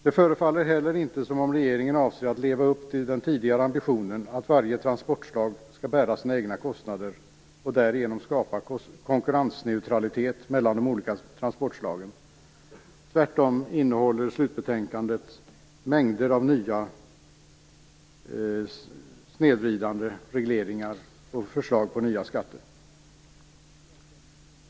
Det förefaller inte heller som om regeringen avser att leva upp till den tidigare ambitionen att varje transportslag skall bära sina egna kostnader och därigenom skapa konkurrensneutralitet mellan de olika transportslagen. Tvärtom innehåller slutbetänkandet mängder av nya förslag till snedvridande regleringar och skatter.